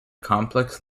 complex